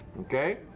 okay